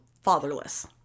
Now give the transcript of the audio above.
Fatherless